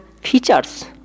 features